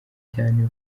cyane